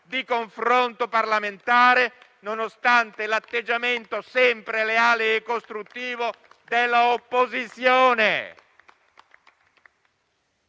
di confronto parlamentare, nonostante l'atteggiamento sempre leale e costruttivo dell'opposizione.